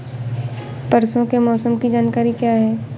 परसों के मौसम की जानकारी क्या है?